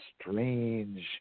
strange –